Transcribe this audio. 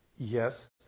Yes